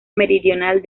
meridional